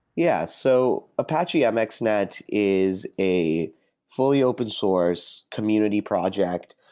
yeah. so apache mxnet is a fully open source community project.